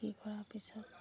বিক্ৰী কৰাৰ পিছত